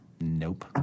Nope